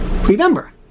Remember